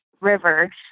River